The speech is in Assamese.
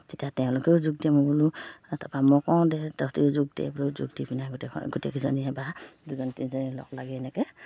তেতিয়া তেওঁলোকেও যোগ দিয়ে মই বোলো তাপা মই কওঁ দে তহঁতিও যোগ দে বোলো যোগ দি পিনে গোটেই গোটেইকিজনীয়ে বা দুজন তিনিজনী লগ লাগি এনেকৈ